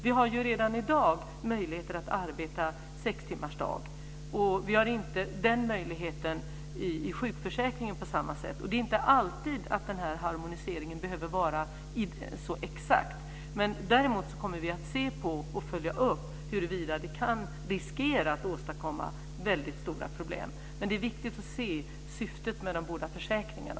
Vi har ju redan i dag möjlighet att arbeta sextimmarsdag, men vi har inte den möjligheten i sjukförsäkringen på samma sätt. Det är inte alltid den här harmoniseringen behöver vara så exakt. Däremot kommer vi att se på och följa upp huruvida det kan riskera att åstadkomma väldigt stora problem. Men det är viktigt att se syftet med de båda försäkringarna.